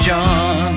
John